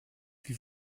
wie